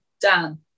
Dan